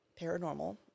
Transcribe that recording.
paranormal